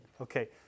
Okay